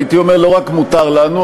הייתי אומר לא רק מותר לנו,